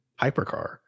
Hypercar